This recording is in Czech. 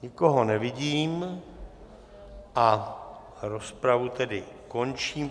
Nikoho nevidím, rozpravu tedy končím.